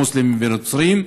מוסלמים ונוצרים?